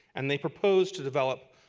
and they proposed to develop